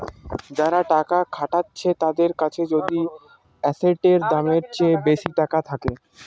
যারা টাকা খাটাচ্ছে তাদের কাছে যদি এসেটের দামের চেয়ে বেশি টাকা থাকে